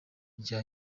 rya